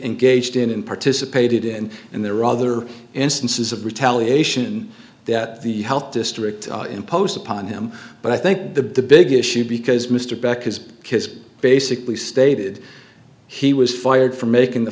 engaged in and participated in and there were other instances of retaliation that the health district imposed upon him but i think the big issue because mr beck has kids basically stated he was fired for making the